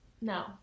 no